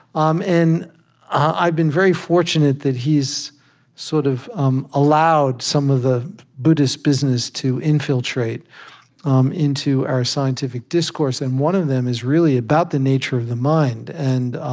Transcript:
um i've been very fortunate that he's sort of um allowed some of the buddhist business to infiltrate um into our scientific discourse, and one of them is really about the nature of the mind. and ah